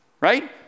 right